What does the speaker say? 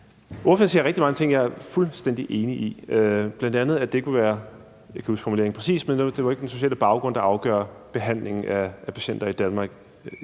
Ordføreren siger rigtig mange ting, jeg er fuldstændig enig i, bl.a. at det ikke – jeg kan ikke huske formuleringen præcis – er den sociale baggrund, der afgør behandlingen af patienter i Danmark.